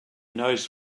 knows